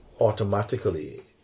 automatically